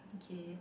okay